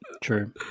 True